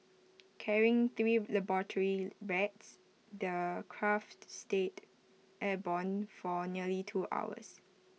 carrying three laboratory rats the craft stayed airborne for nearly two hours